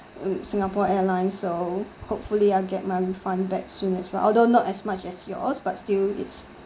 singapore airlines so hopefully I'll get my refund back soon as well although not as much as yours but still it's